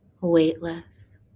weightless